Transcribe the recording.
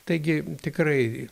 taigi tikrai